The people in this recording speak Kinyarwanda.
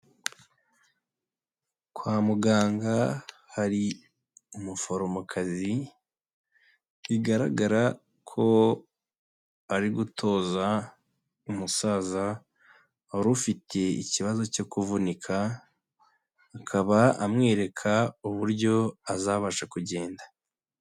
Kwa muganga hari umuforomokazi, bigaragara ko ari gutoza umusaza wari ufite ikibazo cyo kuvunika, akaba amwereka uburyo azabasha kugenda.